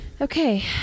Okay